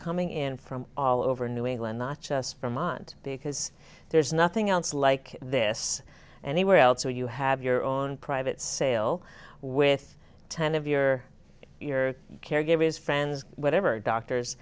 coming in from all over new england not just from mont because there's nothing else like this anywhere else so you have your own private sale with ten of your your caregivers friends whatever doctors